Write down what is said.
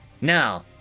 Now